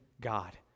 God